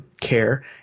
care